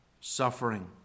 Suffering